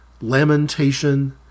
lamentation